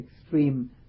extreme